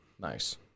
Nice